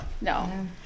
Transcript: No